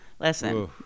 listen